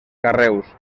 carreus